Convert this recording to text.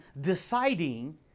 deciding